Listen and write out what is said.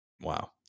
Wow